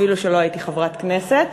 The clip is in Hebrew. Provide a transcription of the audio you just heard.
אפילו שלא הייתי חברת כנסת,